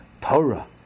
Torah